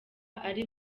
ari